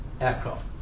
aircraft